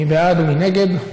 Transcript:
מי בעד ומי נגד ?